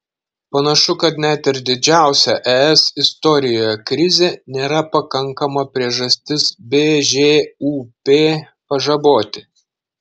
panašu kad net ir didžiausia es istorijoje krizė nėra pakankama priežastis bžūp pažaboti